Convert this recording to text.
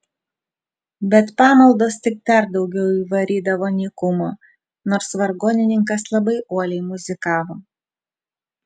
bet pamaldos tik dar daugiau įvarydavo nykumo nors vargonininkas labai uoliai muzikavo